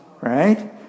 right